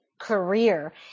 career